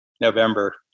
November